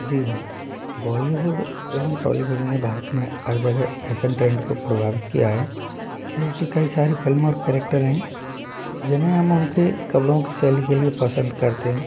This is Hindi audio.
जी हाँ बॉलीवुड एवं टॉलीवुड ने भारत में हर जगह फैसन ट्रेंड को प्रभावित किया है ऐसी कई सारी फ़िल्म और कैरेक्टर हैं जिन्हें हम उनके कपड़ों की शैली के लिए पसंद करते हैं